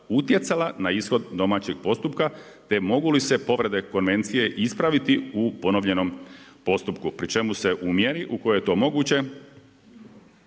utjecala na ishod domaćeg postupka, te mogu li se povrede konvencije ispraviti u ponovljenom postupku, pri čemu se u mjeri u kojoj to moguće,